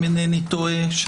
אם אינני טועה,